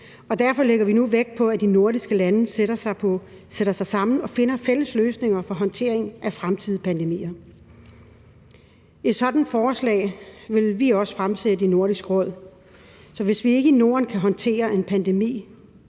derfor lægger vi nu vægt på, at de nordiske lande sætter sig sammen og finder fælles løsninger for håndteringen af fremtidige pandemier. Et sådant forslag vil vi også fremsætte i Nordisk Råd, og hvis vi ikke i Norden kan håndtere en pandemi,